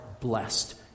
blessed